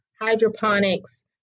hydroponics